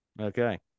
Okay